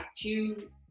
two